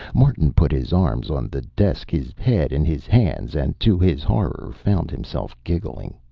martin put his arms on the desk, his head in his hands, and to his horror found himself giggling.